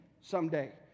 someday